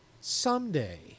someday